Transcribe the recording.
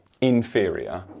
inferior